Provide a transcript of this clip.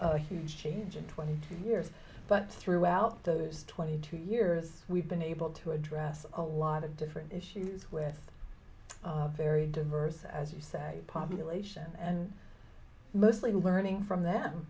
a huge change in twenty years but throughout those twenty two years we've been able to address a lot of different issues with very diverse as you say population mostly learning from them